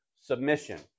submission